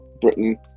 Britain